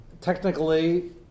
technically